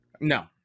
No